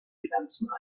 finanzen